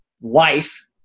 life